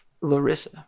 Larissa